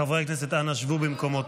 חברי הכנסת, אנא, שבו במקומותיכם.